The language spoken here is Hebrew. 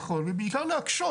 נכון, ובעיקר להקשות.